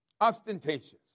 Ostentatious